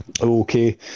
Okay